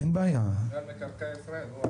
מנהל מקרקעי ישראל.